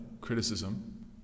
criticism